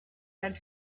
had